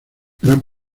gran